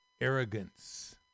arrogance